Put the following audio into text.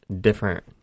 different